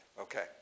Okay